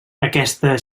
aquesta